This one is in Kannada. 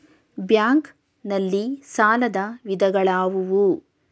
ಬ್ಯಾಂಕ್ ನಲ್ಲಿ ಸಾಲದ ವಿಧಗಳಾವುವು?